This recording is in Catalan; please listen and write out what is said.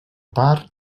part